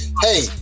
hey